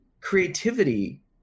creativity